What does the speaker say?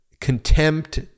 contempt